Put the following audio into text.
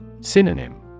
Synonym